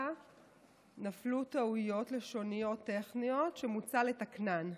נפלו טעויות לשוניות-טכניות שמוצע לתקנן.